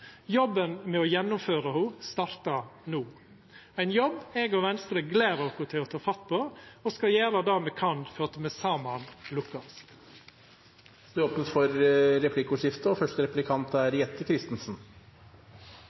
Jobben med å gjennomføra ho startar no – ein jobb eg og Venstre gler oss til å ta fatt på, og me skal gjera det me kan for at me saman lukkast. Det blir replikkordskifte.